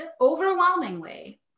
overwhelmingly